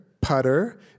putter